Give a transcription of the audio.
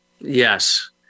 Yes